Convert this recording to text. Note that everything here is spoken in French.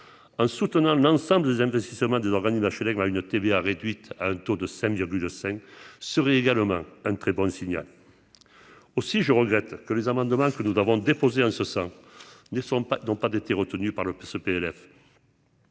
soutenant l'ensemble des investissements des organismes HLM à une TVA réduite à un taux de 5 virgule cinq seraient également un très bon signal aussi, je regrette que les amendements que nous avons déposé en ce ça ne sont pas n'ont pas d'été retenu par le ce PLF.